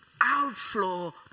outflow